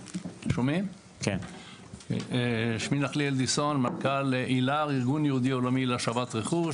אני מנכ"ל איל"ר, ארגון יהודי עולמי להשבת רכוש.